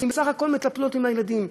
בסך הכול מטפלות בילדים,